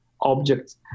objects